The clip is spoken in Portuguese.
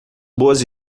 boas